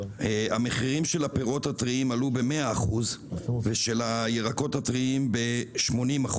המחירים של הפירות הטריים עלו ב-100% ושל הירקות הטריים ב-80%.